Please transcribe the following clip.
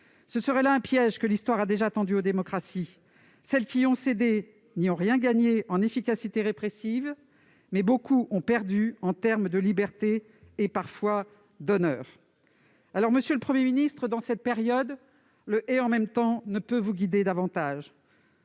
Ce serait là un piège que l'histoire a déjà tendu aux démocraties ; celles qui ont cédé n'y ont rien gagné en efficacité répressive, mais beaucoup ont perdu en termes de liberté et parfois d'honneur. » Monsieur le Premier ministre, dans cette période où le « en même temps » ne peut vous guider davantage,